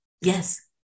yes